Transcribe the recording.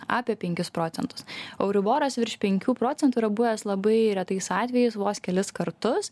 apie penkis procentus euriboras virš penkių procentų yra buvęs labai retais atvejais vos kelis kartus